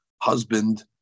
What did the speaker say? husband